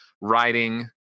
writing